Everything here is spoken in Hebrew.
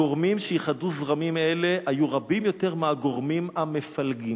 הגורמים שאיחדו זרמים אלה היו רבים יותר מהגורמים המפלגים".